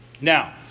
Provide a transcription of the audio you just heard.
Now